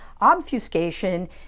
obfuscation